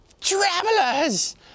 TRAVELERS